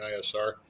isr